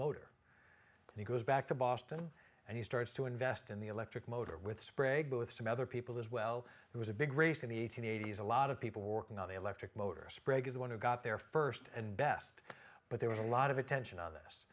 motor and he goes back to boston and he starts to invest in the electric motor with sprague with some other people as well it was a big race in the eighty's a lot of people working on the electric motor sprague is the one who got there first and best but there was a lot of attention on this